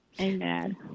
Amen